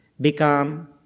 become